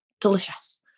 delicious